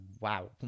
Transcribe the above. Wow